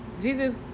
Jesus